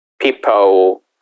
people